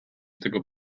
tego